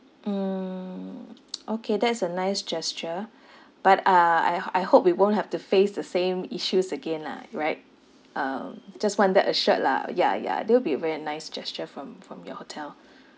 mm okay that's a nice gesture but uh I h~ I hope we won't have to face the same issues again lah right um just want that assured lah ya ya that will be very nice gesture from from your hotel